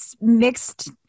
mixed